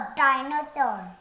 dinosaur